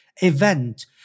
event